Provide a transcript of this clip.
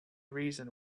reason